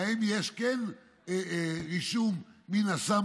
להם כן יש רישום מי נסע,